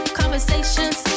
conversations